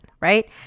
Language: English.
Right